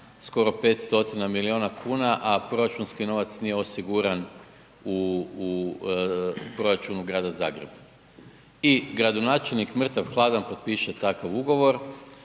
skoro 500 milijuna kuna, a proračunski novac nije osiguran u, u proračunu Grada Zagreba i gradonačelnik mrtav hladan potpiše takav ugovor,